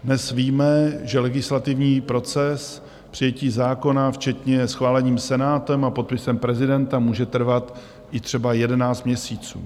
Dnes víme, že legislativní proces přijetí zákona, včetně schválení Senátem a podpisem prezidenta, může trvat i třeba jedenáct měsíců.